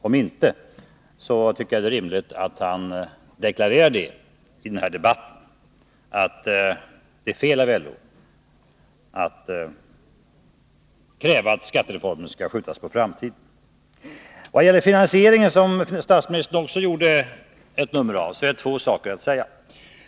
Om inte, tycker jag det är rimligt att han i den här debatten deklarerar att det är fel av LO att kräva att skattereformen skall skjutas på framtiden. När det gäller finansieringen, som statsministern också gjorde ett nummer av, är det två saker att säga.